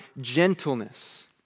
gentleness